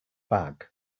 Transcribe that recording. bag